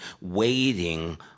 waiting